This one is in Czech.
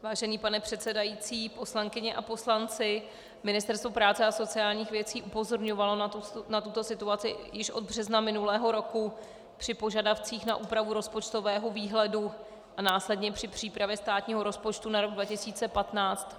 Vážený pane předsedající, poslankyně a poslanci, Ministerstvo práce a sociálních věcí upozorňovalo na tuto situaci již od března minulého roku při požadavcích na úpravu rozpočtového výhledu a následně při přípravě státního rozpočtu na rok 2015.